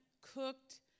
cooked